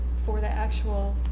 for the actual